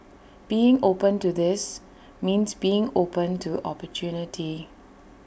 being open to this means being open to opportunity